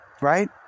Right